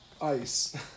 Ice